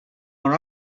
are